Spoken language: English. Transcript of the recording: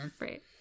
Right